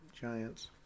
giants